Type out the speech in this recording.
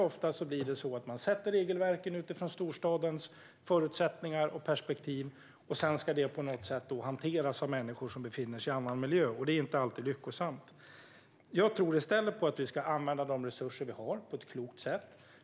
Ofta sätts regelverken utifrån storstadens förutsättningar och perspektiv, och sedan ska det på något sätt hanteras av människor som befinner sig i en annan miljö. Det är inte alltid lyckosamt. Jag tror i stället att vi ska använda de resurser vi har på ett klokt sätt.